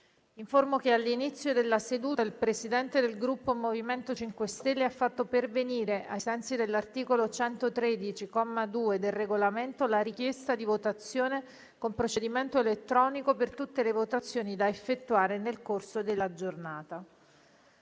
che all'inizio della seduta il Presidente del Gruppo MoVimento 5 Stelle ha fatto pervenire, ai sensi dell'articolo 113, comma 2, del Regolamento, la richiesta di votazione con procedimento elettronico per tutte le votazioni da effettuare nel corso della seduta.